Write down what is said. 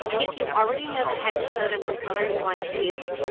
if you already know the hex code of the color you want to use,